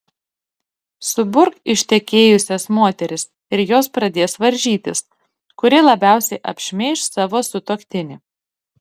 suburk ištekėjusias moteris ir jos pradės varžytis kuri labiausiai apšmeiš savo sutuoktinį